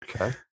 Okay